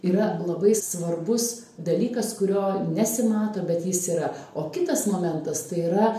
yra labai svarbus dalykas kurio nesimato bet jis yra o kitas momentas tai yra